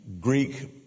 Greek